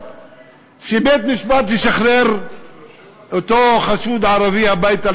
שבית-משפט ישחרר אותו חשוד ערבי הביתה,